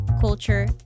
culture